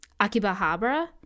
Akibahabra